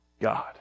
God